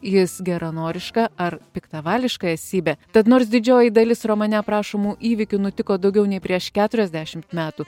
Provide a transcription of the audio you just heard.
jis geranoriška ar piktavališka esybė tad nors didžioji dalis romane aprašomų įvykių nutiko daugiau nei prieš keturiasdešimt metų